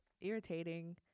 irritating